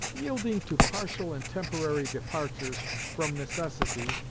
yielding to partial and temporary departures, from necessity,